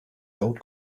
gold